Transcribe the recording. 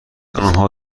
آنها